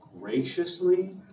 graciously